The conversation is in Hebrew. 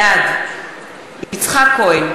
בעד יצחק כהן,